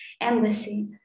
embassy